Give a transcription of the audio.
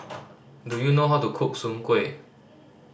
do you know how to cook soon kway